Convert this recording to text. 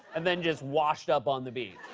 and then just washed up on the beach.